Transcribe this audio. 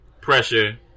pressure